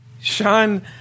Sean